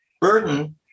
Burton